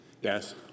Yes